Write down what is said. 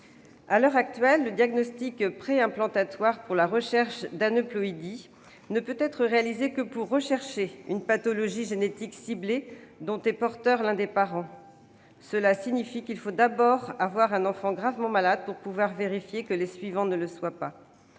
à l'heure actuelle, le diagnostic préimplantatoire pour la recherche d'aneuploïdies (DPI-A) ne peut être réalisé que pour rechercher une pathologie génétique ciblée dont est porteur l'un des parents. Cela signifie qu'il faut d'abord avoir un enfant gravement malade pour pouvoir vérifier que les suivants ne le sont pas.